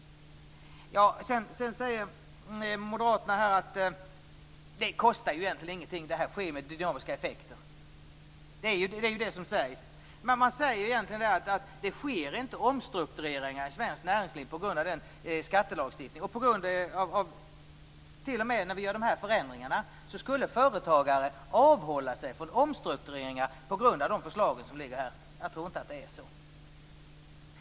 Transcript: Moderaterna säger att detta inte kostar någonting, det är fråga om dynamiska effekter. Man säger att det inte sker omstruktureringar i svenskt näringsliv på grund av skattelagstiftningen. T.o.m. när förändringarna görs skall företagare avhålla sig från omstruktureringar. Jag tror inte att det är så.